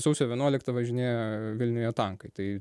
sausio vienuoliktą važinėja vilniuje tankai tai